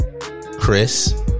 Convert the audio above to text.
Chris